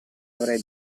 avrei